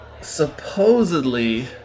supposedly